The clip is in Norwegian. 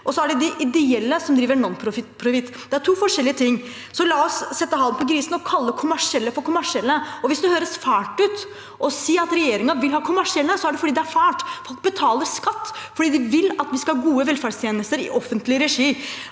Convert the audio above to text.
og så er det de ideelle, som driver nonprofit. Det er to forskjellige ting. La oss sette halen på grisen og kalle kommersielle for kommersielle. Hvis det høres fælt ut å si at regjeringen vil ha kommersielle, er det fordi det er fælt. Folk betaler skatt fordi de vil at vi skal ha gode velferdstjenester i offentlig regi,